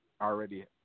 already